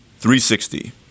360